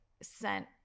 sent